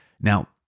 Now